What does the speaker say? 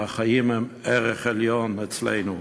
והחיים הם ערך עליון אצלנו.